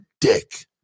dick